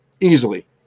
Easily